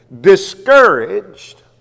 discouraged